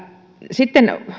sitten